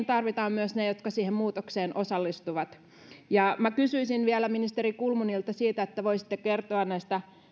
tarvitaan myös ne jotka siihen muutokseen osallistuvat minä kysyisin vielä ministeri kulmunilta voisitteko kertoa näistä